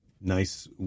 nice